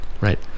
right